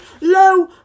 low